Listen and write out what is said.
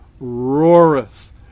roareth